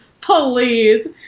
Please